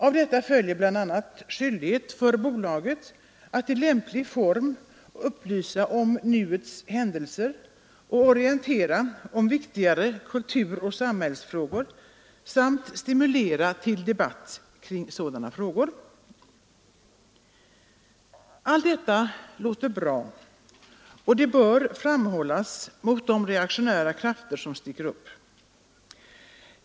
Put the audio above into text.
Av detta följer bl.a. skyldighet för bolaget att i lämplig form upplysa om nuets händelser och orientera om viktigare kulturoch samhällsfrågor samt stimulera till debatt kring sådana frågor. Allt detta låter bra, och det bör framhållas mot de reaktionära krafter som sticker upp.